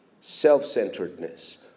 self-centeredness